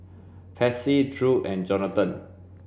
Patsy Drew and Jonathon